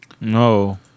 No